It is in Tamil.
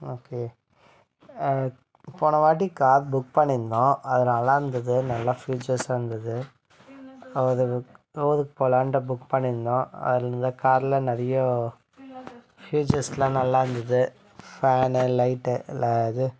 ஓகே போனவாட்டி கார் புக் பண்ணியிருந்தோம் அது நல்லா இருந்தது நல்லா ப்யூச்சர்ஸாக இருந்தது அது ஊருக்குப் போலான்ட்டு புக் பண்ணியிருந்தோம் அது இந்தக் காரில் நிறைய ப்யூச்சர்ஸ்லாம் நல்லா இருந்தது ஃபேனு லைட்டு எல்லாம் இது